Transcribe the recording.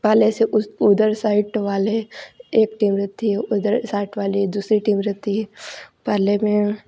पाले से उस उधर साइड वाले एक टीम रहती उधर साइड वाली दूसरी टीम रहती है पहले वह